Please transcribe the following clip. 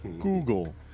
Google